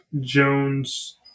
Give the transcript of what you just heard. Jones